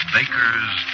Baker's